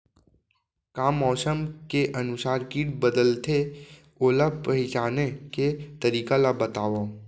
का मौसम के अनुसार किट बदलथे, ओला पहिचाने के तरीका ला बतावव?